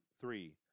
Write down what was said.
Three